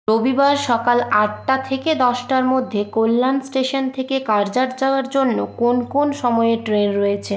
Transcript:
রবিবার সকাল আটটা থেকে দশটার মধ্যে কল্যাণ স্টেশন থেকে কার্জাট যাওয়ার জন্য কোন কোন সময়ে ট্রেন রয়েছে